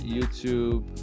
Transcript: YouTube